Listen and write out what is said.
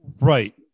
Right